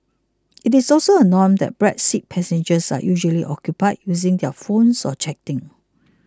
it is also a norm that back seat passengers are usually occupied using their phones or chatting